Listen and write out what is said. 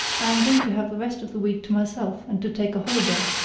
i am going to have the rest of the week to myself and to take a holiday.